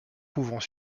pouvant